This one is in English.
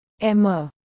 Emma